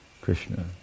Krishna